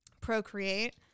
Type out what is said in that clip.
procreate